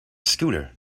scooter